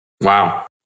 Wow